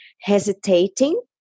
hesitating